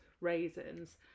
raisins